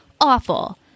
Awful